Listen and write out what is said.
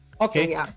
Okay